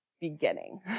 Beginning